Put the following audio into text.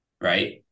right